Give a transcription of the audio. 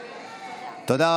תודה.